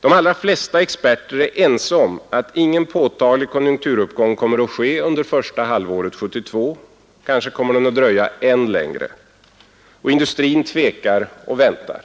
De allra flesta experter är ense om att ingen påtaglig konjunkturuppgång kommer att ske under första halvåret 1972. Kanske kommer den att dröja än längre. Och industrin tvekar och väntar.